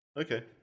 Okay